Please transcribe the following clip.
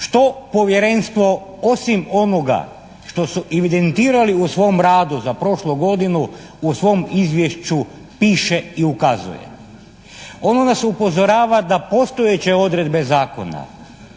Što Povjerenstvo osim onoga što su evidentirali u svom radu za prošlu godinu u svom izvješću piše i ukazuje? Ono nas upozorava da postojeće odredbe zakona